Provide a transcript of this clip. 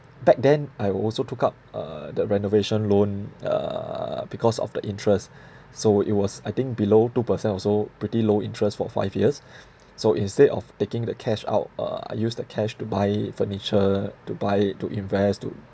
back then I also took up uh the renovation loan uh because of the interest so it was I think below two percent also pretty low interest for five years so instead of taking the cash out uh I use the cash to buy furniture to buy to invest to